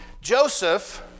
Joseph